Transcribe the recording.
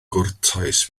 gwrtais